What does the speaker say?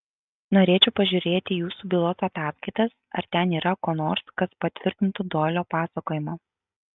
norėčiau pažiūrėti į jūsų bylos ataskaitas ar ten yra ko nors kas patvirtintų doilio pasakojimą